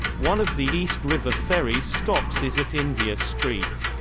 one of the east river ferry's stops is at india street.